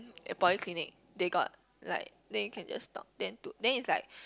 in polyclinic they got like then you can just talk then to then is like